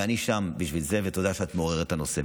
ואני שם בשביל זה, ותודה שאת מעוררת את הנושא.